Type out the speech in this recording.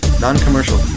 Non-Commercial